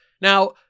now